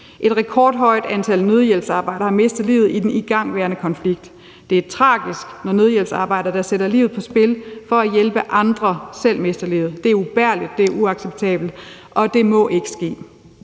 Et rekordhøjt antal nødhjælpsarbejdere har mistet livet i den igangværende konflikt. Det er tragisk, når nødhjælpsarbejdere, der sætter livet på spil for at hjælpe andre, selv mister livet. Det er ubærligt, det er uacceptabelt, og det må ikke ske.